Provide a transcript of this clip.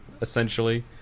essentially